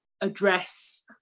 address